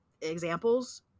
examples